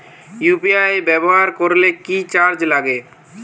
UPI ব্যবহার করলে কি চার্জ লাগে?